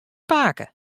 pake